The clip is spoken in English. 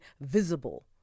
visible